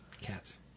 Cats